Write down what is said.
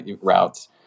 routes